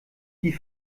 die